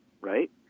right